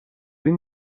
این